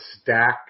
stack